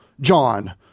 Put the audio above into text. John